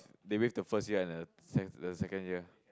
they waive the first year and the sec the second year